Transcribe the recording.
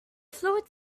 fluid